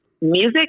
music